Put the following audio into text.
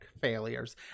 failures